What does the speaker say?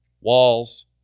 walls